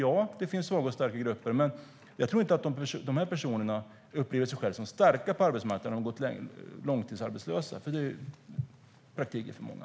Ja, det finns svaga och starka grupper. Men jag tror inte att de personer som jag talade om upplever sig själva som starka på arbetsmarknaden när de har gått långtidsarbetslösa. Så är det i praktiken för många.